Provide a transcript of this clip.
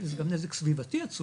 זה גם נזק סביבתי עצום,